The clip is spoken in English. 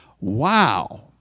wow